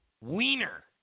Wiener